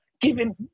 giving